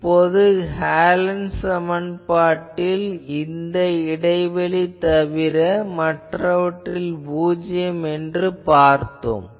இப்போது ஹாலன்'ஸ் சமன்பாட்டில் இது இடைவெளி தவிர மற்றவற்றில் பூஜ்யம் என்று பார்த்தோம்